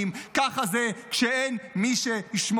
ככה זה כשאין מי שיחקור את החוקרים.